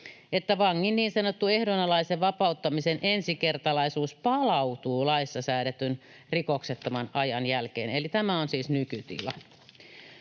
että vangin niin sanottu ehdonalaisen vapauttamisen ensikertalaisuus palautuu laissa säädetyn rikoksettoman ajan jälkeen, eli tämä on siis nykytila.